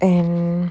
and